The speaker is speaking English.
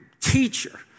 teacher